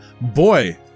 boy